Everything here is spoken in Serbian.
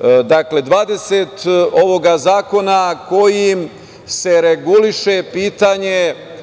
20. ovog zakona, kojim se reguliše pitanje